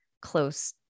close